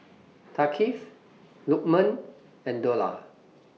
Thaqif Lukman and Dollah